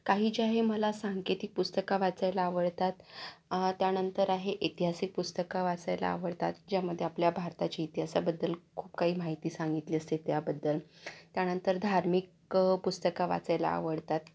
काही जे आहेत मला सांकेतिक पुस्तकं वाचायला आवडतात त्या नंतर आहे ऐतिहासिक पुस्तकां वाचायला आवडतात ज्यामध्ये आपल्या भारताची इतिहासाबद्दल खूप काही माहिती सांगितली असते त्याबद्दल त्या नंतर धार्मिक पुस्तकं वाचायला आवडतात